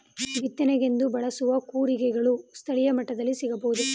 ಬಿತ್ತನೆಗೆಂದು ಬಳಸುವ ಕೂರಿಗೆಗಳು ಸ್ಥಳೀಯ ಮಟ್ಟದಲ್ಲಿ ಸಿಗಬಹುದೇ?